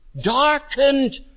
darkened